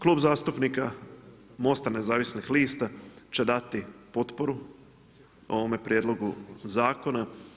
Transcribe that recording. Klub zastupnika Most-a nezavisnih lista će dati potporu ovome prijedlogu zakona.